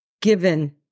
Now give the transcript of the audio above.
given